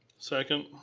second.